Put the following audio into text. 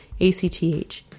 ACTH